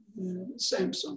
Samsung